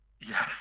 yes